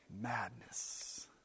madness